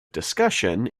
discussion